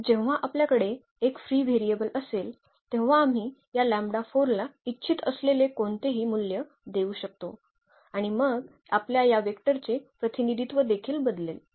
तर जेव्हा आपल्याकडे एक फ्री व्हेरिएबल असेल तेव्हा आम्ही या लँबडा 4 ला इच्छित असलेले कोणतेही मूल्य देऊ शकतो आणि मग आपल्या या वेक्टरचे प्रतिनिधित्व देखील बदलेल